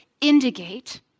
indicate